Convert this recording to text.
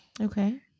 okay